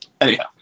Anyhow